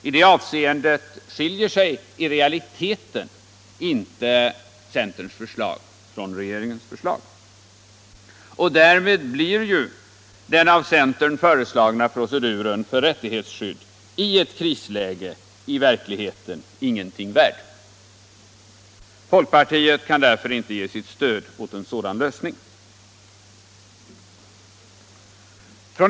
I det avseendet skiljer sig i realiteten centerns förslag inte från regeringens förslag, och därmed blir ju den av centern föreslagna proceduren för rättighetsskydd i ett krisläge i verkligheten ingenting värd. Folkpartiet kan därför inte ge sitt stöd åt en sådan lösning.